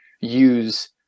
use